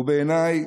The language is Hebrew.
הוא בעיניי